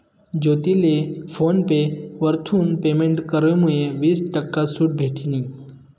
ज्योतीले PhonePe वरथून पेमेंट करामुये वीस टक्का सूट भेटनी